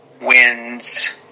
wins